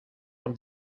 from